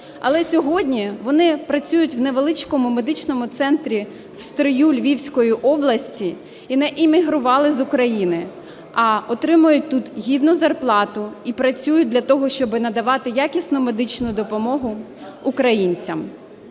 Але сьогодні вони працюють у невеличкому медичному центрі в Стрию Львівської області і не мігрували з України, а отримують тут гідну зарплату і працюють для того, щоб надавати якісну медичну допомогу українцям.